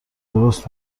درست